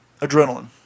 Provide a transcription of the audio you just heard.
adrenaline